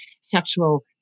sexual